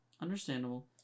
Understandable